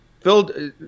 Phil